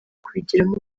kubigiramo